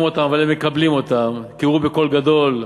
אותם אבל הם מקבלים אותן: קראו בקול גדול,